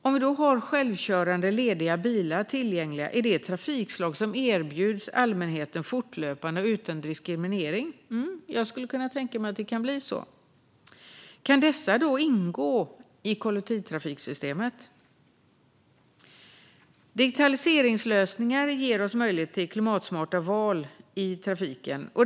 Om vi då har självkörande, lediga bilar tillgängliga, är det ett trafikslag som erbjuds allmänheten fortlöpande och utan diskriminering? Jag skulle kunna tänka mig att det kan vara det. Kan dessa då ingå i kollektivtrafiksystemet? Digitaliseringslösningar ger oss möjlighet till klimatsmarta val i trafiken.